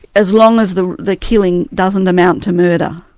as long as the the killing doesn't amount to murder.